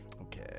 Okay